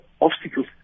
obstacles